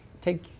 take